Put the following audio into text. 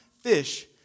fish